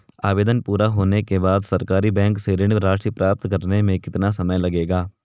आवेदन पूरा होने के बाद सरकारी बैंक से ऋण राशि प्राप्त करने में कितना समय लगेगा?